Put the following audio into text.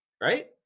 right